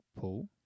pull